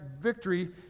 victory